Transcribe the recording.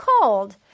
cold